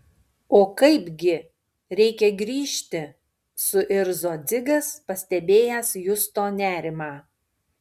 o kaipgi reikia grįžti suirzo dzigas pastebėjęs justo nerimą